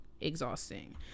exhausting